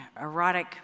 erotic